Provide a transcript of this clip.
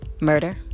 Murder